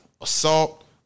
assault